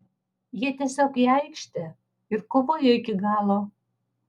jie tiesiog į aikštę ir kovojo iki galo